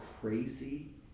crazy